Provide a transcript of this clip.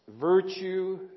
virtue